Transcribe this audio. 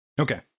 okay